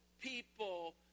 people